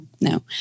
No